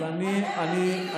אז אני מסביר.